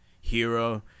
hero